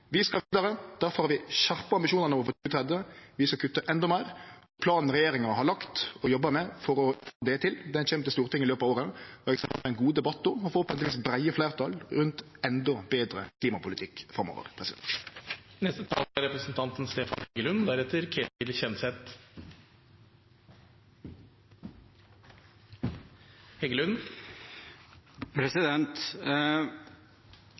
Vi skal vidare. Difor har vi skjerpa ambisjonane våre for 2030. Vi skal kutte endå meir. Planen regjeringa har lagt og jobbar med for å få det til, kjem til Stortinget i løpet av året. Eg ser fram til ein god debatt då med vonleg breie fleirtall rundt endå betre klimapolitikk framover. Hvorfor bruker representanten